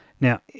Now